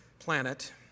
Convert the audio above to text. planet